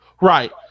Right